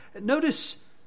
Notice